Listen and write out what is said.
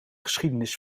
geschiedenis